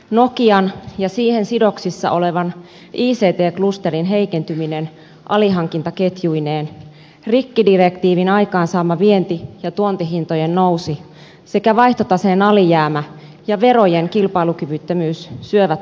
nokian ja siihen sidoksissa olevan ict klusterin heikentyminen alihankintaketjuineen rikkidirektiivin aikaansaama vienti ja tuontihintojen nousu sekä vaihtotaseen alijäämä ja verojen kilpailukyvyttömyys syövät kasvuamme